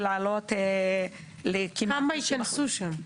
ולהעלות לכמעט 90%. כמה יכנסו שם?